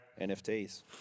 NFTs